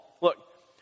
Look